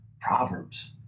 Proverbs